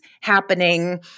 happening